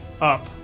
up